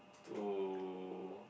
to